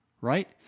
right